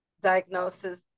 diagnosis